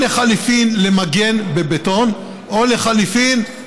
או לחלופין, למגן בבטון, או לחלופין,